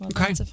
Okay